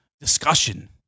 discussion